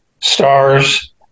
stars